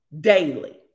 daily